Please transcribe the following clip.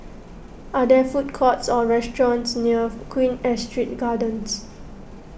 are there food courts or restaurants near Queen Astrid Gardens